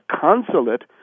consulate